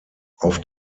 auf